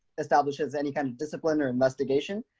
establishes any kind of discipline or investigation.